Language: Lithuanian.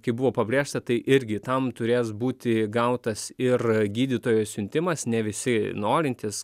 kaip buvo pabrėžta tai irgi tam turės būti gautas ir gydytojo siuntimas ne visi norintys